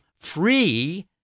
free